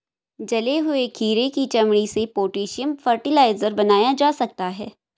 जले हुए खीरे की चमड़ी से पोटेशियम फ़र्टिलाइज़र बनाया जा सकता है